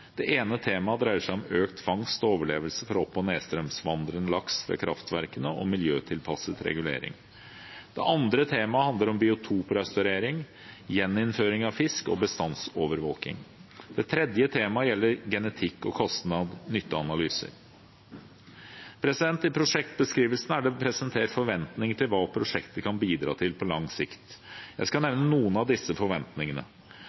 Det ene temaet dreier seg om økt fangst og overlevelse for opp- og nedstrømsvandrende laks ved kraftverkene og miljøtilpasset regulering. Det andre temaet handler om biotoprestaurering, gjeninnføring av fisk og bestandsovervåking. Det tredje temaet gjelder genetikk og kostnad–nytte-analyser. I prosjektbeskrivelsen er det presentert forventninger til hva prosjektet kan bidra til på lang sikt. Jeg skal